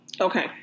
Okay